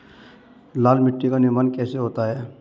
लाल मिट्टी का निर्माण कैसे होता है?